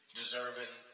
deserving